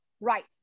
right